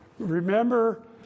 Remember